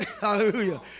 Hallelujah